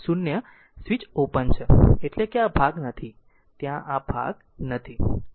0 switch open છે એટલે કે આ ભાગ નથી ત્યાં આ ભાગ નથી